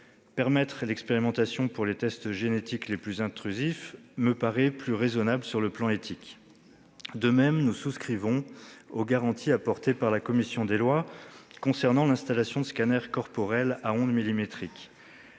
permettre une expérimentation des tests génétiques les plus intrusifs, me paraît plus raisonnable sur le plan éthique. De même, nous souscrivons aux garanties apportées par la commission des lois à l'installation de scanners corporels à ondes millimétriques,